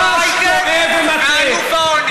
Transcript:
אתה ממש טועה ומטעה.